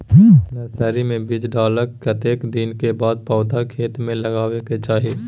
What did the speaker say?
Nursery मे बीज डाललाक कतेक दिन के बाद पौधा खेत मे लगाबैक चाही?